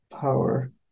power